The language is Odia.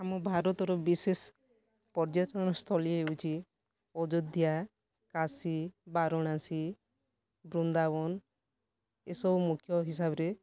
ଆମ ଭାରତର ବିଶେଷ ପର୍ଯ୍ୟଟନସ୍ଥଳୀ ହେଉଛି ଅଯୋଧ୍ୟା କାଶୀ ବାରଣାସୀ ବୃନ୍ଦାବନ ଏସବୁ ମୁଖ୍ୟ ହିସାବରେ